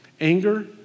anger